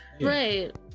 right